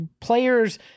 players